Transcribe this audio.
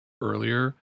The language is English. earlier